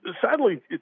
sadly